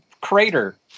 crater